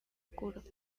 oscuros